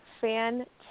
fantastic